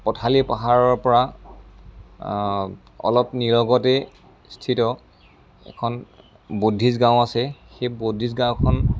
পথালি পাহাৰৰ পৰা অলপ নিলগতেই স্থিত এখন বুদ্ধিষ্ট গাঁও আছে সেই বুদ্ধিষ্ট গাঁওখন